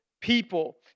people